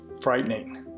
frightening